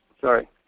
Sorry